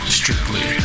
strictly